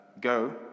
go